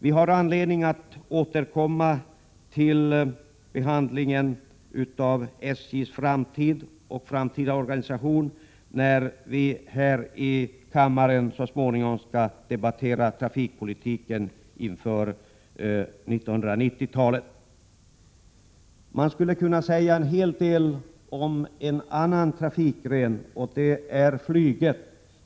Det finns anledning att återkomma till behandlingen av SJ:s framtid och framtida organisation när vi här i kammaren så småningom skall debattera trafikpolitiken inför 1990-talet. Jag skulle kunna säga en hel del om en annan trafikgren, nämligen flyget.